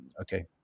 okay